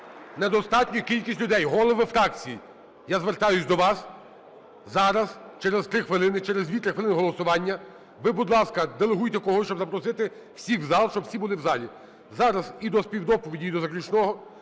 недостатню кількість людей. Голови фракцій, я звертаюся до вас, зараз через 3 хвилини, через 2-3 хвилини голосування. Ви, будь ласка, делегуйте когось, щоб запросити всіх в зал, щоб всі були в залі. Зараз і до співдоповіді, і до заключного